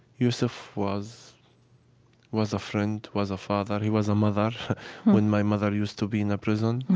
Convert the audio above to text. yusef was was a friend, was a father. he was a mother when my mother used to be in the prison.